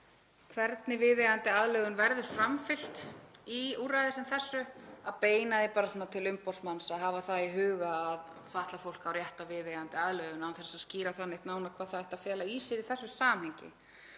hvernig viðeigandi aðlögun verði framfylgt í úrræði sem þessu, að beina því bara svona til umboðsmanns að hafa það í huga að fatlað fólk eigi rétt á viðeigandi aðlögun án þess að skýra það neitt nánar hvað það ætti að fela í sér í þessu samhengi.